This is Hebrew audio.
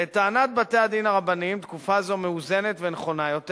לטענת בתי-הדין הרבניים תקופה זו מאוזנת ונכונה יותר